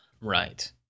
Right